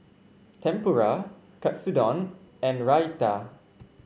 Tempura Katsudon and Raita